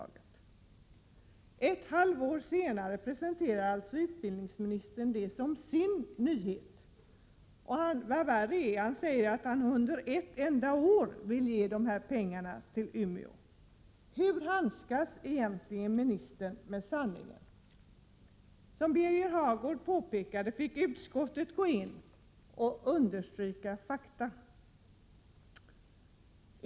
Men ett halvår senare presenterar alltså utbildningsministern det som sin nyhet. Vad värre är säger han att han under ett enda år vill ge dessa pengar till Umeå. Hur handskas egentligen ministern med sanningen? Som Birger Hagård påpekade fick utskottet gå in och stryka under fakta.